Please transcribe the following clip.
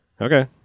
Okay